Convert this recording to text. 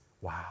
wow